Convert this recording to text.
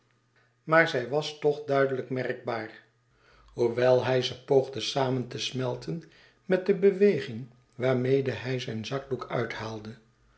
maar zij was toch duidelijk merkbaar hoewel hij ze poogde samen te srnelten met de beweging waarmede hij zijn zakdoek